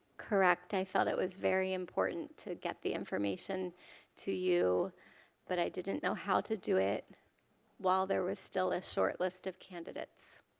correct. i thought it was very important to get the information to you but i didn't know how to do it while there was still a shortlist of candidates.